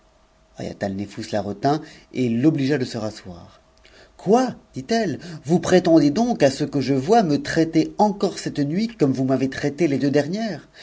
haïatalnefous la c'mt et l'obligea de se rasseoir quoi dit-elle vous prétendez donc ce que je vois me traiter encore cette nuit comme vous m'avez traite les deux dernières